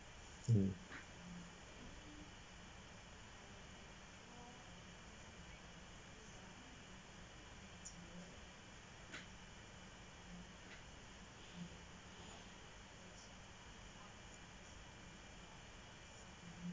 hmm